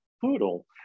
poodle